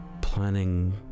planning